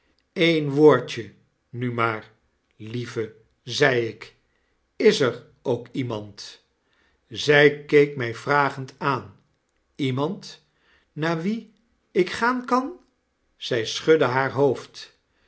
een woordje nu maar lieve zei ik is er ook ieraand zij keek mij vragend aan iemand naar wien ik gaan kan zij schudde haar hoofd